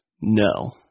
No